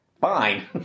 Fine